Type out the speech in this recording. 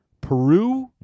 Peru